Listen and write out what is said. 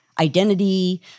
identity